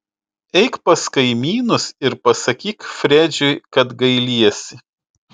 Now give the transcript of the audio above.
eik pas kaimynus ir pasakyk fredžiui kad gailiesi